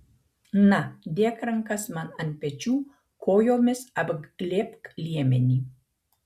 na dėk rankas man ant pečių kojomis apglėbk liemenį